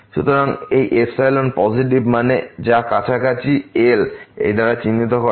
সুতরাং এই epsilon positive মানে যা এই কাছাকাছি L এরএই দূরত্ব দ্বারা চিহ্নিত করা হয়